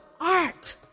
art